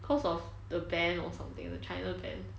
cause of the ban or something the china ban